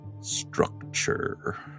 structure